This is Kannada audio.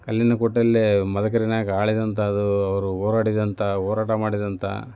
ಕಲ್ಲಿನ ಕೋಟೆಯಲ್ಲಿ ಮದಕರಿ ನಾಯಕ ಆಳಿದಂಥ ಅವರು ಹೋರಾಡಿದಂಥ ಹೋರಾಟ ಮಾಡಿದಂಥ